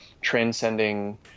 transcending